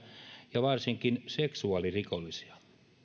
ja varsinkin seksuaalirikollisia